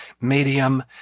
Medium